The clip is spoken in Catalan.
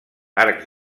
arcs